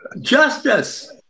justice